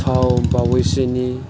फाव बावैसोनि